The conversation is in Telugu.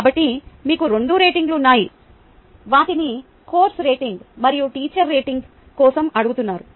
కాబట్టి మీకు రెండు రేటింగ్లు ఉన్నాయి వాటిని కోర్సు రేటింగ్ మరియు టీచర్ రేటింగ్ కోసం అడుగుతున్నారు